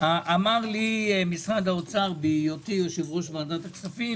אמר לי משרד האוצר בהיותי יושב-ראש ועדת הכספים